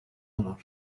valor